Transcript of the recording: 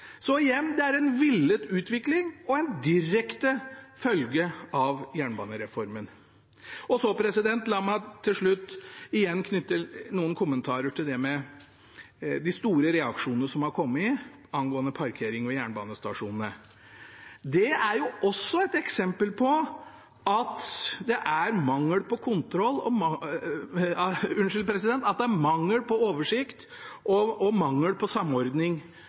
Så igjen: Det er en villet utvikling og en direkte følge av jernbanereformen. La meg så til slutt igjen knytte noen kommentarer til de store reaksjonene som har kommet angående parkering ved jernbanestasjonene. Det er også et eksempel på at det er mangel på oversikt og mangel på samordning innenfor jernbanesektoren at Jernbaneinfrastrukturforetaket, Bane NOR, holder på